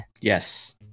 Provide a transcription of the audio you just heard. yes